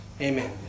Amen